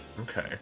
Okay